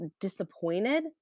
disappointed